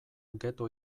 ghetto